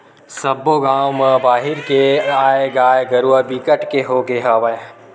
सब्बो गाँव म बाहिर के आए गाय गरूवा बिकट के होगे हवय